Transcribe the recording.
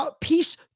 peace